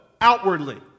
outwardly